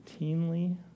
routinely